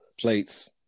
plates